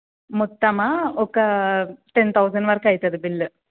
మొత్తమా ఒక ten thousand వరకు అవుతుంది బిల్